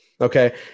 Okay